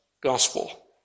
gospel